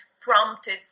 prompted